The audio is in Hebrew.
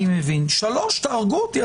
תהרגו אותי,